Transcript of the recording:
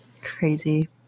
crazy